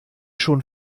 schon